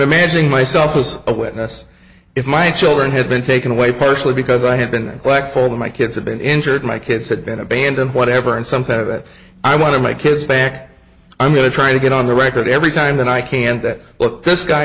imagining myself as a witness if my children had been taken away partially because i had been black for my kids had been injured my kids had been abandoned whatever and something that i wanted my kids back i'm going to try to get on the record every time that i can't that look this guy